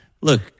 look